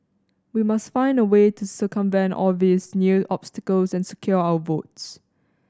we must find a way to circumvent all these new obstacles and secure our votes